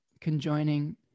conjoining